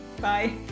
bye